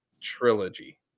trilogy